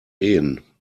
ehen